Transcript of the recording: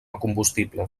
combustible